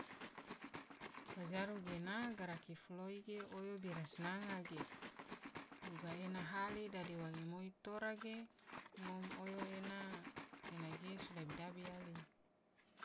Fajaru gena garaki foloi oyo bira sinanga nge duga ena hali dadi wange moi tora ge ngom oyo ena ge so dabi dabi yali.